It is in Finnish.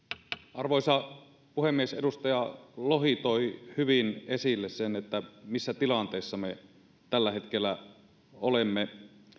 arvoisa puhemies edustaja lohi toi hyvin esille sen missä tilanteessa me tällä hetkellä olemme